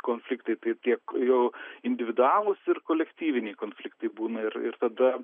konfliktai tai tiek jau individualūs ir kolektyviniai konfliktai būna ir ir tada